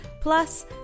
plus